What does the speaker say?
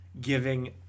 giving